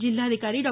जिल्हाधिकारी डॉ